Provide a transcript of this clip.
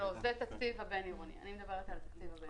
לא, אני מדברת רק על התקציב הבין-עירוני.